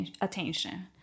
attention